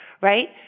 right